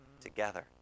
together